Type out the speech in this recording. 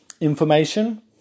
information